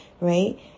right